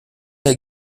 der